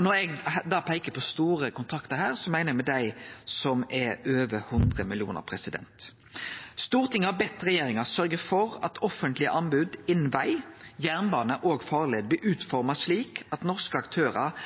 Når eg peiker på store kontraktar her, meiner eg dei som er på over 100 mill. kr. Stortinget har bedt regjeringa sørgje for at offentlege anbod innan veg, jernbane og farleier er utforma slik at norske aktørar